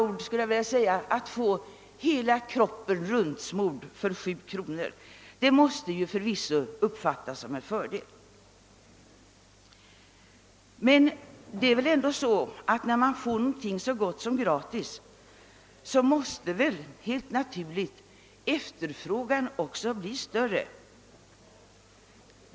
Det måste förvisso uppfattas som en fördel att så att säga få hela kroppen »rundsmord«» för sju kronor. Men när man får någonting så gott som gratis måste helt naturligt efter frågan bli stor.